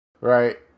right